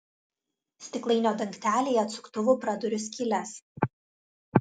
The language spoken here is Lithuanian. stiklainio dangtelyje atsuktuvu praduriu skyles